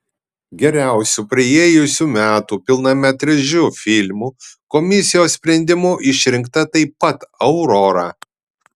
geriausiu praėjusių metų pilnametražiu filmu komisijos sprendimu išrinkta taip pat aurora